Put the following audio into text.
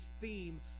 theme